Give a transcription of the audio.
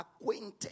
acquainted